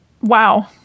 Wow